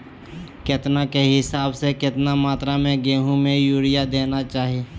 केतना के हिसाब से, कितना मात्रा में गेहूं में यूरिया देना चाही?